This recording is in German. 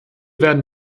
werden